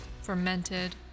fermented